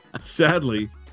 Sadly